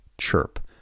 CHIRP